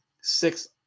six